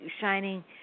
shining